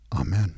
Amen